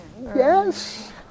Yes